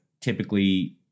typically